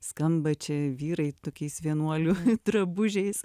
skamba čia vyrai tokiais vienuolių drabužiais